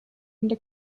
into